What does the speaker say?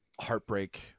heartbreak